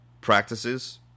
practices